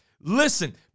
Listen